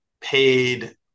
paid